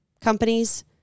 companies